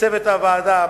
לצוות הוועדה,